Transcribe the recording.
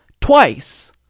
twice